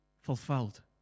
fulfilled